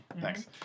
Thanks